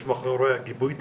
יש מאחוריה גיבוי תקציבי.